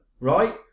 right